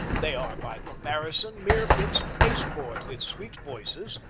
they are, by comparison, mere bits of pasteboard with sweet voices,